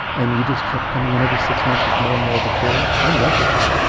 and you just kept coming in every six months with more and more decay, i'm negligent.